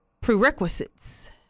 prerequisites